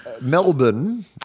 Melbourne